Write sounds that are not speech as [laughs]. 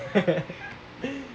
[laughs]